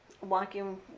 walking